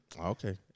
Okay